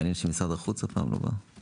מעניין שמשרד החוץ לא באו.